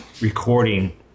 recording